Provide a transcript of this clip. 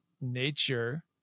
nature